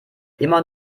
immer